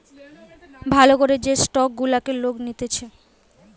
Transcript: ভাল করে যে স্টক গুলাকে লোক নিতেছে